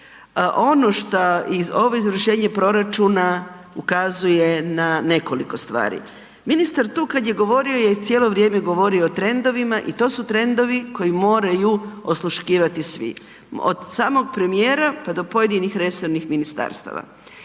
Ono što i ovo izvršenje proračuna ukazuje na nekoliko stvari. Ministar tu kad je govorio je cijelo vrijeme govorio o trendovima i to su trendovi koje moraju osluškivati svi. Od samog premijera pa do pojedinih resornih ministarstava.